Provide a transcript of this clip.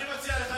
אני מציע לך,